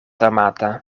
amata